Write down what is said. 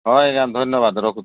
ହଁ ଆଜ୍ଞା ଧନ୍ୟବାଦ ରଖୁଛି